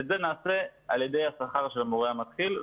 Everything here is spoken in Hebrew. את זה נעשה על ידי השכר של המורה המתחיל,